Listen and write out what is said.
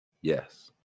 Yes